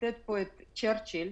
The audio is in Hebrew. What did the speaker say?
את צ'רצ'יל,